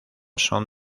son